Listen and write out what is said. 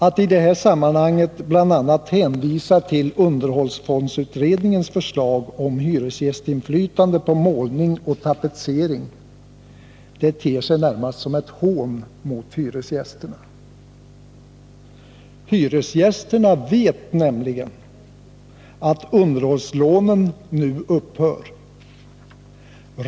Att i detta sammanhang bl.a. hänvisa till underhållsfondsutredningens förslag om hyresgästinflytandet på målning och tapetsering ter sig närmast som ett hån mot hyresgästerna. Hyresgästerna vet nämligen att underhållslånen nu upphör.